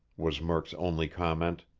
was murk's only comment.